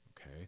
Okay